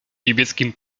niebieskim